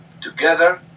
together